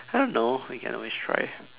I don't know we can always try